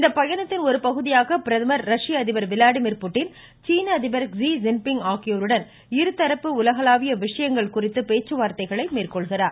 இந்த பயணத்தின் ஒரு பகுதியாக பிரதமர் ரஷ்ய அதிபர் விளாடிமிர் புட்டின் சீன அதிபர் ஸி ஜின் பிங் ஆகியோருடன் இருதரப்பு உலகளாவிய விஷயங்கள் குறித்த பேச்சுவார்த்தைகளை அவர் மேற்கொள்கிறார்